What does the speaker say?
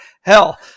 hell